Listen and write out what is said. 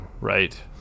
Right